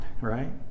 right